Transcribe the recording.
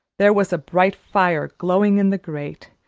there was a bright fire glowing in the grate,